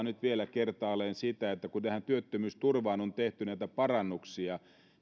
nyt vielä kertaalleen sitä että kun työttömyysturvaan on tehty näitä parannuksia